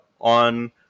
on